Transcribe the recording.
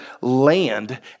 land